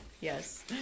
Yes